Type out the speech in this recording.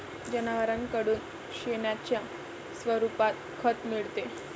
जनावरांकडून शेणाच्या स्वरूपात खत मिळते